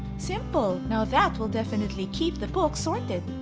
simple! now that will definitely keep the books sorted!